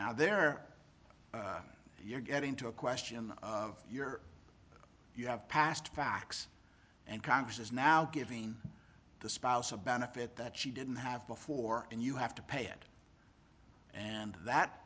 now there you're getting to a question of your you have passed facts and congress is now giving the spouse a benefit that she didn't have before and you have to pay it and that